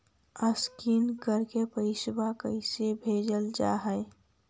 Scan करके पैसा कैसे भेजल जा हइ?